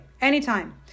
anytime